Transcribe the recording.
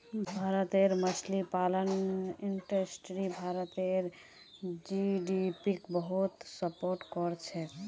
भारतेर मछली पालन इंडस्ट्री भारतेर जीडीपीक बहुत सपोर्ट करछेक